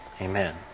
Amen